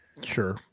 Sure